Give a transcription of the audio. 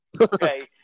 okay